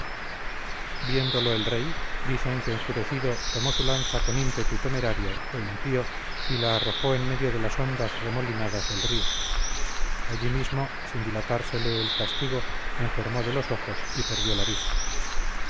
viéndolo el rey dicen que enfurecido tomó su lanza con ímpetu temerario e impío y la arrojó en medio de las ondas remolinadas del río allí mismo sin dilatársele el castigo enfermó de los ojos y perdió la vista